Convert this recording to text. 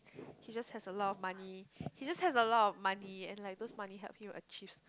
he just has a lot of money he just has a lot of money and like those money help him achieve